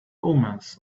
omens